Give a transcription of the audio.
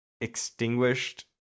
extinguished